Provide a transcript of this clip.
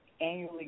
annually